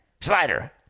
slider